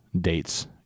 dates